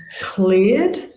cleared